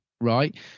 Right